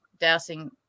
dousing